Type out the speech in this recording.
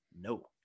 no